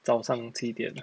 早上七点